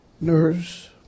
nurse